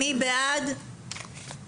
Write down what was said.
הצבעה התקנות אושרו.